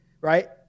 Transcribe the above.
right